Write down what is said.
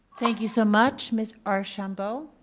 thank you so much, ms. archambeau.